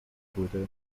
płyty